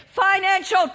financial